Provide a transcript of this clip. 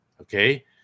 Okay